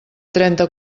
trenta